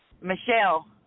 Michelle